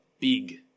big